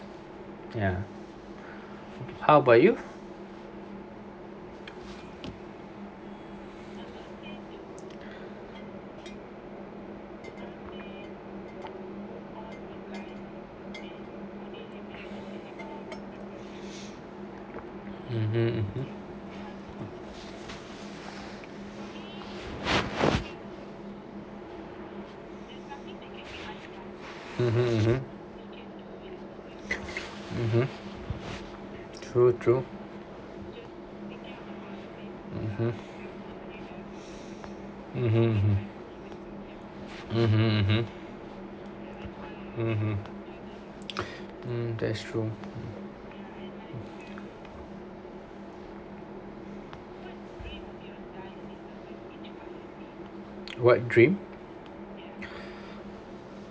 ya how about you mmhmm mmhmm mmhmm mmhmm mmhmm true true mmhmm mmhmm mmhmm mmhmm mmhmm mmhmm mm that's true what dream